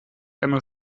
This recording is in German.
einmal